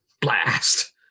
Blast